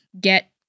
get